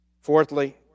Fourthly